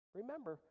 Remember